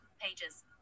Pages